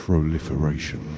Proliferation